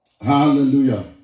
Hallelujah